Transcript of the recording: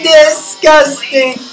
disgusting